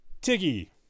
Tiggy